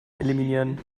eliminieren